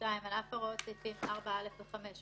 על אף הוראות סעיפים 4(א) ו-5,